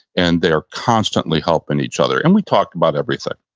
and they are constantly helping each other and we talk about everything.